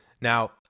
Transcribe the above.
Now